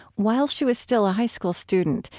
while she was still a high school student,